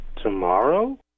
Tomorrow